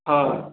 हँ